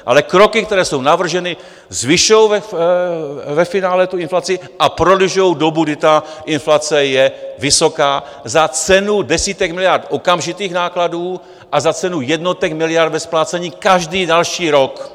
Ale kroky, které jsou navrženy, zvyšují ve finále tu inflaci a prodlužují dobu, kdy inflace je vysoká, za cenu desítek miliard okamžitých nákladů a za cenu jednotek miliard ve splácení každý další rok.